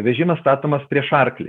vežimas statomas prieš arklį